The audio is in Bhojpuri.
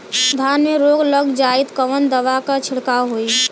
धान में रोग लग जाईत कवन दवा क छिड़काव होई?